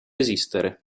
esistere